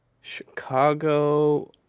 Chicago